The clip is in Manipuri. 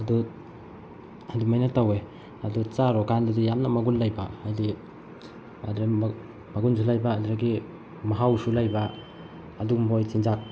ꯑꯗꯨ ꯑꯗꯨꯃꯥꯏꯅ ꯇꯧꯏ ꯑꯗꯨ ꯆꯥꯔꯨꯔ ꯀꯥꯟꯗꯗꯤ ꯌꯥꯝꯅ ꯃꯒꯨꯟ ꯂꯩꯕ ꯍꯥꯏꯗꯤ ꯃꯒꯨꯟꯁꯨ ꯂꯩꯕ ꯑꯗꯨꯗꯒꯤ ꯃꯍꯥꯎꯁꯨ ꯂꯩꯕ ꯑꯗꯨꯒꯨꯝꯕ ꯑꯣꯏ ꯆꯤꯟꯖꯥꯛ